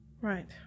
right